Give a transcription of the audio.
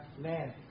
land